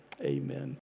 amen